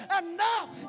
enough